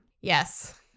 Yes